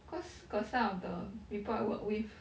cause got some of the people I work with